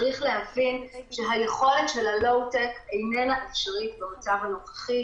צריך להבין שהיכולת של הלואו-טק אינה אפשרית במצב הנוכחי,